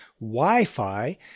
Wi-Fi